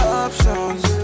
options